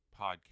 podcast